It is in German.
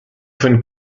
von